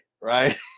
right